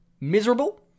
miserable